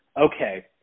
Okay